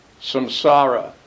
Samsara